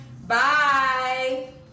Bye